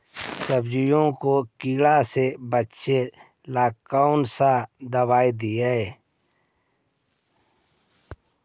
सब्जियों को किट से बचाबेला कौन सा दबाई दीए?